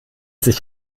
sich